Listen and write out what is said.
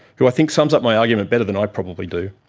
who i think sums up my argument better than i probably do.